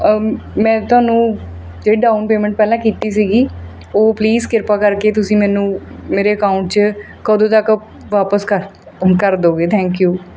ਮੈਂ ਤੁਹਾਨੂੰ ਜਿਹੜੀ ਡਾਊਨ ਪੇਮੈਂਟ ਪਹਿਲਾਂ ਕੀਤੀ ਸੀਗੀ ਉਹ ਪਲੀਜ਼ ਕਿਰਪਾ ਕਰਕੇ ਤੁਸੀਂ ਮੈਨੂੰ ਮੇਰੇ ਅਕਾਊਂਟ 'ਚ ਕਦੋਂ ਤੱਕ ਵਾਪਸ ਕਰ ਕਰ ਦੋਗੇ ਥੈਂਕ ਯੂ